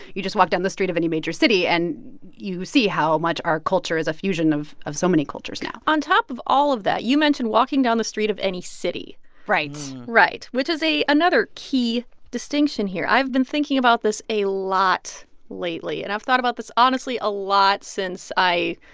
you just walk down the street of any major city, and you see how much our culture is a fusion of of so many cultures now on top of all of that, you mentioned walking down the street of any city right right, which is a another key distinction here. i've been thinking about this a lot lately. and i've thought about this honestly a lot since i,